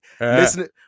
Listen